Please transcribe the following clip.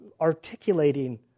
articulating